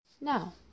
Now